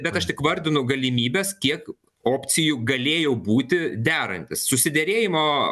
bet aš tik vardinu galimybes kiek opcijų galėjo būti derantis susiderėjimo